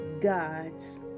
God's